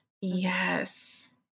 Yes